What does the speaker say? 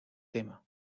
tema